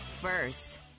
first